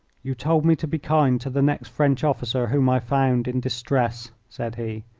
you told me to be kind to the next french officer whom i found in distress, said he.